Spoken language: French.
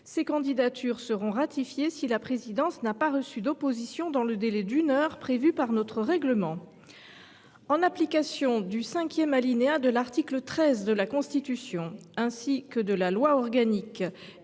Ces candidatures seront ratifiées si la présidence n’a pas reçu d’opposition dans le délai d’une heure prévu par notre règlement. En application du cinquième alinéa de l’article 13 de la Constitution, ainsi que de la loi organique